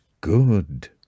good